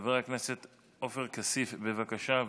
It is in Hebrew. חבר הכנסת עופר כסיף, בבקשה.